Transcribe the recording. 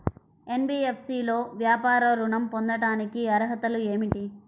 NBFC లో వ్యాపార ఋణం పొందటానికి అర్హతలు ఏమిటీ?